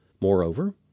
Moreover